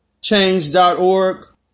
change.org